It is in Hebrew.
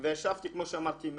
ישבתי כמו שאמרתי,